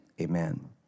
amen